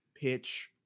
pitch